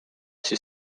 siis